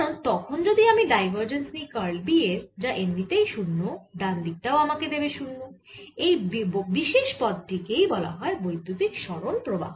কারণ তখন যদি আমি ডাইভার্জেন্স নিই কার্ল B এর যা এমনিতেই 0 ডান দিক টাও আমাকে দেবে 0 এই বিশেষ পদ টি কেই বলা হয় বৈদ্যুতিক সরণ প্রবাহ